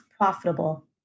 profitable